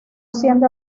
siendo